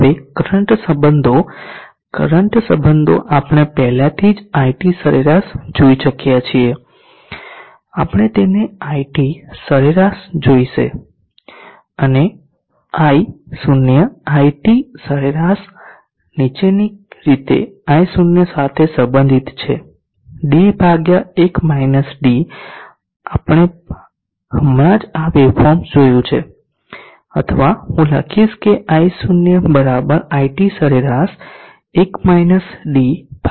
હવે કરંટ સંબંધો કરંટ સંબંધો આપણે પહેલાથી જ IT સરેરાશ જોઇ ચૂક્યા છે આપણને તેના માટે IT સરેરાશ જોઇશે અને i0 iT સરેરાશ નીચેની રીતે i0 સાથે સંબંધિત છે d 1 -d આપણે હમણાં જ આ વેવફોર્મ જોયું છે અથવા હું લખીશ i0 iT સરેરાશ 1 d d